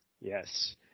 Yes